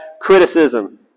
Criticism